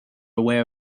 aware